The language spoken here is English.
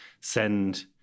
send